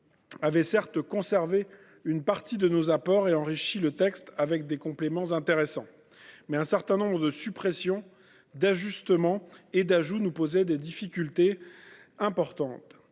avaient certes conservé une partie de nos apports et enrichi le texte avec des compléments intéressants. Mais un certain nombre de suppressions, d’ajustements et d’ajouts nous posaient des difficultés importantes.